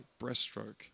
breaststroke